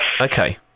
okay